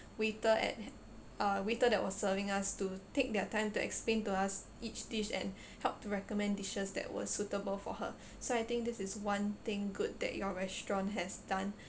waiter at uh waiter that was serving us to take their time to explain to us each dish and helped to recommend dishes that were suitable for her so I think this is one thing good that your restaurant has done